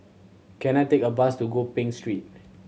can I take a bus to Gopeng Street